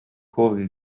kurve